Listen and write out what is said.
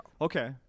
okay